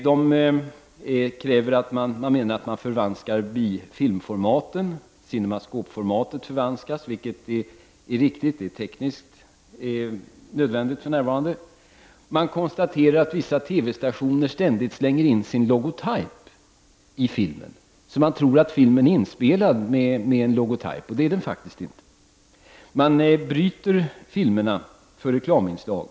De menar att man förvanskar filmformaten, t.ex. Cinemascope-formatet, och det är riktigt — det är för närvarande tekniskt nödvändigt. De konstaterar vidare att vissa TV-stationer ständigt lägger in sin logotype i filmen, så att man tror att filmen är inspelad med en sådan logotype, vilket den faktiskt inte är. Man avbryter också visningen av filmerna för reklaminslag.